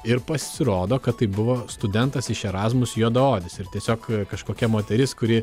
ir pasirodo kad tai buvo studentas iš erasmus juodaodis ir tiesiog kažkokia moteris kuri